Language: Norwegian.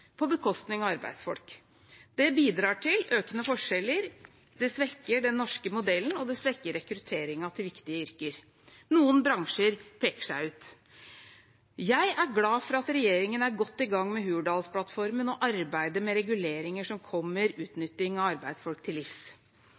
på bekostning av arbeidsfolk. Det bidrar til økende forskjeller, det svekker den norske modellen, og det svekker rekrutteringen til viktige yrker. Noen bransjer peker seg ut. Jeg er glad for at regjeringen er godt i gang med Hurdalsplattformen og arbeidet med reguleringer som kommer utnytting av arbeidsfolk til livs.